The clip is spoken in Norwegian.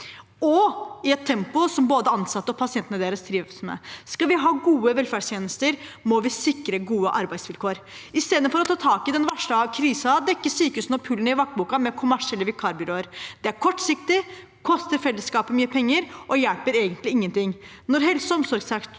og i et tempo som både de som ansatte og pasientene deres trives med. Skal vi ha gode velferdstjenester, må vi sikre gode arbeidsvilkår. I stedet for å ta tak i den varslede krisen dekker sykehusene opp hullene i vaktboken med kommersielle vikarbyråer. Det er kortsiktig, koster fellesskapet mye penger og hjelper egentlig ingenting.